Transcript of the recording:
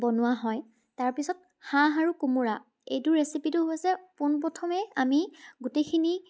বনোৱা হয় তাৰপিছত হাঁহ আৰু কোমোৰা এইটো ৰেচিপিটো হৈছে পোনপ্ৰথমে আমি গোটেইখিনি